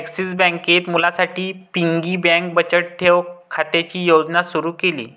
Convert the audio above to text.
axis बँकेत मुलांसाठी piggy bank बचत ठेव खात्याची योजना सुरू केली